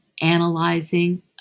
analyzing